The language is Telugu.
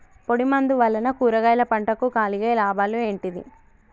పొడిమందు వలన కూరగాయల పంటకు కలిగే లాభాలు ఏంటిది?